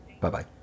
Bye-bye